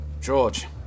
George